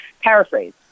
paraphrase